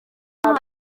miss